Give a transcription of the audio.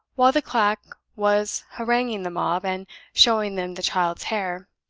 while the quack was haranguing the mob and showing them the child's hair,